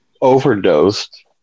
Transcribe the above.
overdosed